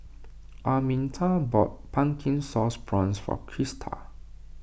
Arminta bought Pumpkin Sauce Prawns for Krista